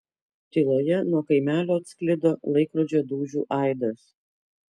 tyloje nuo kaimelio atsklido laikrodžio dūžių aidas